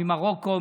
ממרוקו,